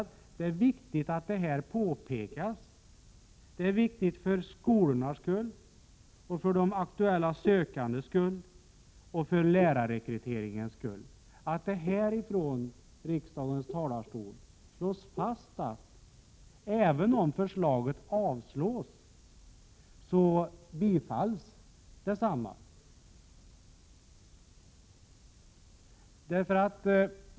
Det är viktigt, för skolornas skull och för de aktuella sökandes skull och för lärarrekryteringens skull, att det härifrån riksdagens talarstol slås fast att även om förslaget avslås så innebär det i realiteten ett bifall.